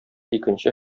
икенче